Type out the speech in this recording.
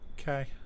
Okay